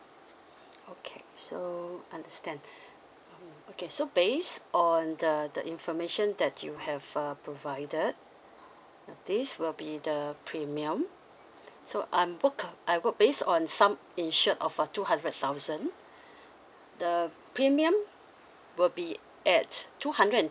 okay so understand mm okay so based on the the information that you have uh provided this will be the premium so I'm book I would based on sum insured of a two hundred thousand the premium will be at two hundred and